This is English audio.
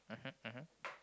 mmhmm mmhmm